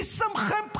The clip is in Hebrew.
מי שמכם,